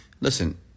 listen